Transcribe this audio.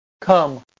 Come